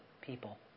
people